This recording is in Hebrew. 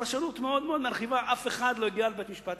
הפרשנות מאוד-מאוד מרחיבה ואף אחד אפילו לא הגיע לבית-משפט.